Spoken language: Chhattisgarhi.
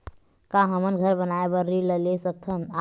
का हमन घर बनाए बार ऋण ले सकत हन?